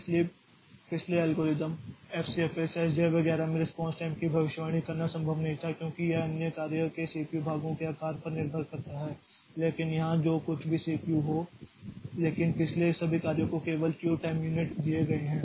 इसलिए पिछले algorithm FCFS SJF वगैरह में रेस्पॉन्स टाइम की भविष्यवाणी करना संभव नहीं था क्योंकि यह अन्य कार्य के सीपीयू भागों के आकार पर निर्भर करता है लेकिन यहां जो कुछ भी सीपीयू हो लेकिन पिछले सभी कार्य को केवल क्यू टाइम यूनिट दिए गए हैं